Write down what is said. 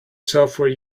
software